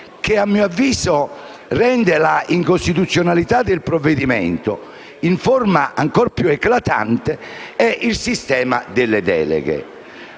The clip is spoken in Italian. che - a mio avviso - rende l'incostituzionalità del provvedimento in forma ancor più eclatante è il sistema delle deleghe.